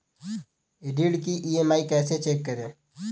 ऋण की ई.एम.आई कैसे चेक करें?